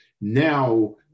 Now